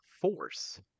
force